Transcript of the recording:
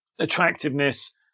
attractiveness